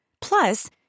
Plus